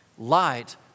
Light